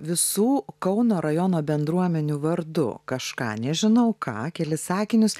visų kauno rajono bendruomenių vardu kažką nežinau ką kelis sakinius